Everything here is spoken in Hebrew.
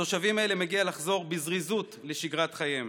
לתושבים האלה מגיע לחזור בזריזות לשגרת חייהם.